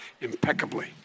Impeccably